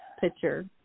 picture